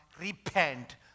repent